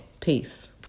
Peace